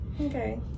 Okay